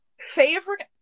Favorite